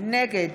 נגד